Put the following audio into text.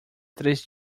três